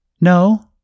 No